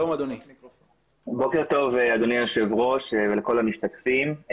בוקר טוב אדוני היושב ראש ולכל המשתתפים.